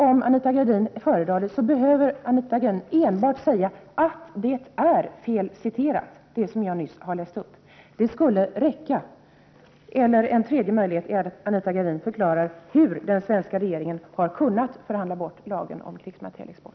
Om Anita Gradin så föredrar, behöver hon enbart säga att det som jag nyss läste upp är felaktigt citerat. Det skulle räcka. En tredje möjlighet är att Anita Gradin förklarar hur den svenska regeringen har kunnat förhandla bort lagen om krigsmaterielexport.